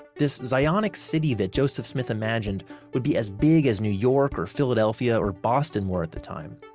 this zionic city that joseph smith imagined would be as big as new york or philadelphia or boston were at the time.